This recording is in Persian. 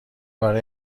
برای